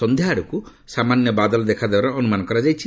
ସନ୍ଧ୍ୟା ଆଡ଼କୁ ସାମାନ୍ୟ ବାଦଲ ଦେଖାଦେବାର ଅନୁମାନ କରାଯାଇଛି